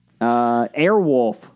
Airwolf